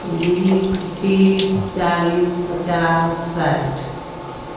बीस तीस चालीस पचास साठि